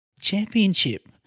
championship